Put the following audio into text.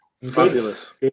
Fabulous